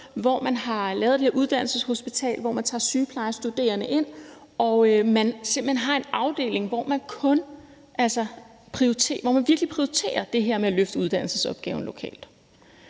har man lavet det her uddannelseshospital, hvor man tager sygeplejestuderende ind og man simpelt hen har en afdeling, hvor man virkelig prioriterer det her med at løfte uddannelsesopgaven lokalt,